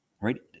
right